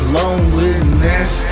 loneliness